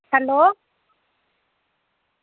hello